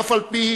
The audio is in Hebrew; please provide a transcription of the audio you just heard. אף-על-פי